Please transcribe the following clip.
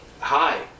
hi